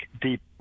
deep